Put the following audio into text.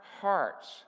hearts